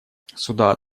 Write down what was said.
суда